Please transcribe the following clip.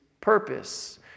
purpose